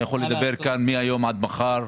אתה יכול לדבר כאן מהיום עד מחר,